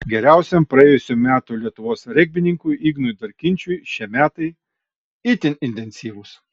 geriausiam praėjusių metų lietuvos regbininkui ignui darkinčiui šie metai itin intensyvūs